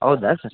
ಹೌದಾ ಸರ್